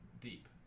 deep